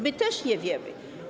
My też nie wiemy.